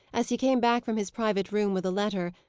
as he came back from his private room with a letter,